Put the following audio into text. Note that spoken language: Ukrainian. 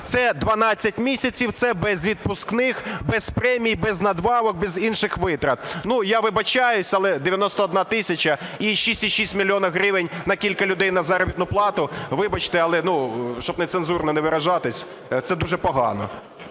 Це 12 місяців, це без відпускних, без премій, без надбавок, без інших витрат. Я вибачаюся, але 91 тисяча і 6,6 мільйона гривень на кілька людей на заробітну плату, вибачте, але, щоб нецензурно не виражатися, це дуже погано.